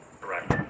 Correct